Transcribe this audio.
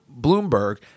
Bloomberg